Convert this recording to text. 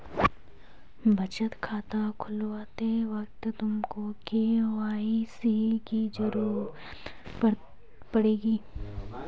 बचत खाता खुलवाते वक्त तुमको के.वाई.सी की ज़रूरत पड़ेगी